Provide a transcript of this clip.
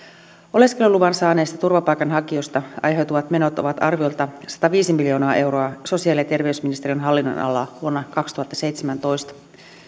oleskeluluvan saaneista turvapaikanhakijoista aiheutuvat menot ovat arviolta sataviisi miljoonaa euroa sosiaali ja terveysministeriön hallinnonalalla vuonna kaksituhattaseitsemäntoista